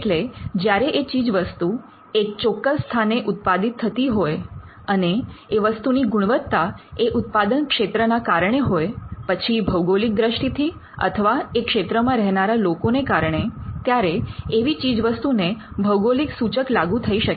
એટલે જ્યારે એ ચીજવસ્તુ એક ચોક્કસ સ્થાને ઉત્પાદિત થતી હોય અને એ વસ્તુની ગુણવત્તા એ ઉત્પાદન ક્ષેત્ર ના કારણે હોય પછી ભૌગોલિક દ્રષ્ટિથી અથવા એ ક્ષેત્રમાં રહેનારા લોકોને કારણે ત્યારે એવી ચીજવસ્તુને ભૌગોલિક સૂચક લાગુ થઈ શકે